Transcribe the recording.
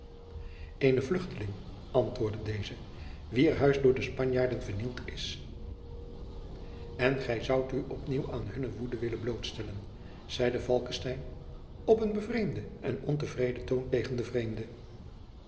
eene vluchteling antwoordde deze wier huis door de spanjaarden vernield is en gij zoudt u op nieuw aan hunne woede willen blootstellen zeide falckestein op een bevreemden en ontevreden toon tegen de vreemde